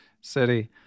City